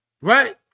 Right